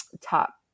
top